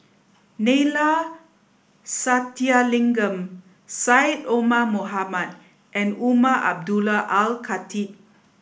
Neila Sathyalingam Syed Omar Mohamed and Umar Abdullah Al Khatib